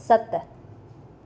सत